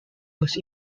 was